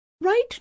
Right